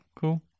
cool